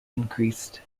increased